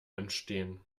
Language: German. entstehen